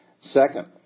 Second